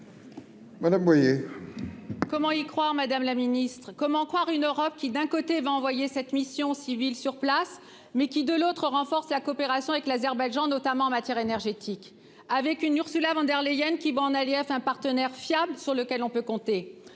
Voilà moyen. Comment y croire Madame la Ministre, comment croire une Europe qui d'un côté va envoyer cette mission civile sur place mais qui de l'autre, renforce la coopération avec l'Azerbaïdjan, notamment en matière énergétique avec une Ursula von der Leyen, qui va en allié à un partenaire fiable sur lequel on peut compter,